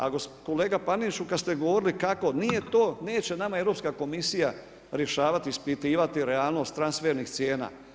A kolega Paneniću kad ste govorili kako, nije to, neće nama Europska komisija rješavati ispitivati realnost transfernih cijena.